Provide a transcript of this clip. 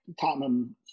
Tottenham